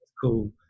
cool